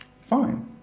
Fine